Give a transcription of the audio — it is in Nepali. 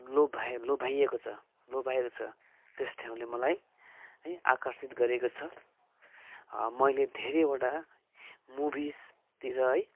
लोभ्याइ लोभ्याइएको छ लोभ्याएको त्यस ठाउँले मलाई है आकर्षित गरेको छ मैले धेरैवटा मुभिसतिर है